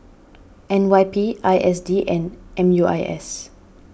N Y P I S D and M U I S